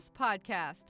podcast